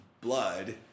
blood